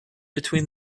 between